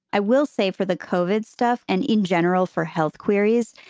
i will say for the covid stuff and in general for health queries,